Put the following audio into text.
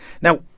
Now